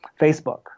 Facebook